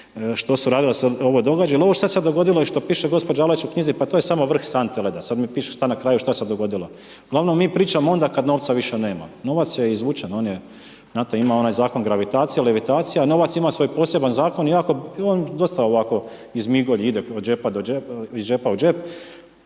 što su radila, ovo događalo, jer ovo što se dogodilo i što piše gospođa Dalić u knjizi pa to je samo vrh sante leda, .../Govornik se ne razumije./... piše šta na kraju šta se dogodilo. Uglavnom mi pričamo onda kada novca više nema. Novac je izvučen, on je, znate ima onaj zakon gravitacija, levitacija, novac ima svoj poseban zakon iako on dosta ovako izmigolji, ide od džepa do džepa,